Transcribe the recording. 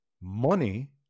money